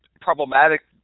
problematic